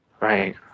Right